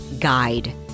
guide